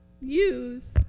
use